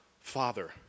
Father